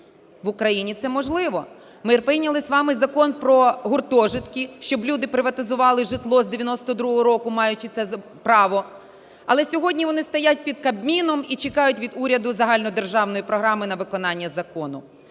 В Україні це можливо. Ми прийняли з вами Закон про гуртожитки, щоб люди приватизували житло, з 92-го року маючи це право. Але сьогодні вони стоять під Кабміном і чекають від уряду загальнодержавної програми на виконання закону.